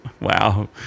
Wow